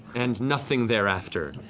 and nothing thereafter.